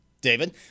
David